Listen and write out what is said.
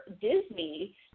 Disney